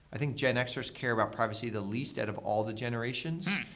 i think gen x-ers care about privacy the least out of all the generations,